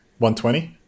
120